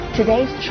today's